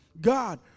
God